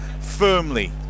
Firmly